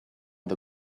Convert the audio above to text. the